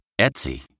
Etsy